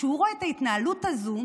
וכשהוא רואה את ההתנהלות הזו,